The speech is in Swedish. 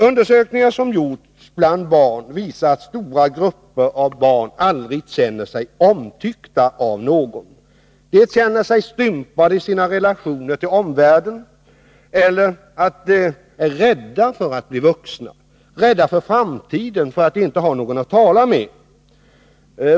Undersökningar som gjorts bland barn visar att stora grupper av barn aldrig känner sig omtyckta av någon. De känner sig stympade i sina relationer till omvärlden eller är rädda för att bli vuxna. De är rädda för framtiden, för att inte ha någon att tala med.